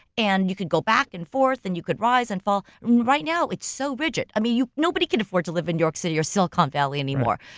and you could go back and forth, and you could rise and fall. right now it's so rigid. i mean, nobody can afford to live in new york city or silicon valley anymore.